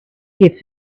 gives